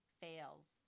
fails